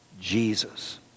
Jesus